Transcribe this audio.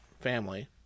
family